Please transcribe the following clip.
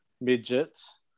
midgets